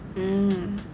mmhmm